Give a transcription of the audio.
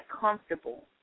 comfortable